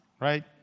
Right